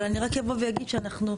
אבל אני רק אבוא ואגיד שאנחנו,